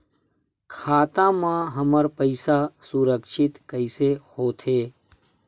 खाता मा हमर पईसा सुरक्षित कइसे हो थे?